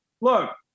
Look